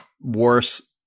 worse